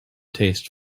taste